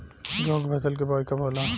गेहूं के फसल के बोआई कब होला?